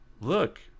look